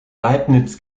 leibniz